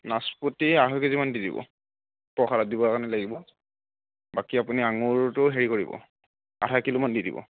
নাচপতি আঢ়ৈ কেজিমান দি দিব প্ৰসাদত দিবৰ কাৰণে লাগিব বাকী আপুনি আঙুৰটো হেৰি কৰিব আধাকিলো মান দি দিব